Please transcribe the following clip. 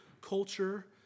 culture